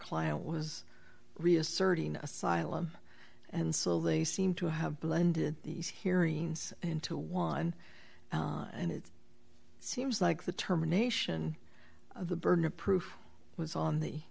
client was reasserting asylum and so they seem to have blended these hearings into one and it seems like the term a nation of the burden of proof was on the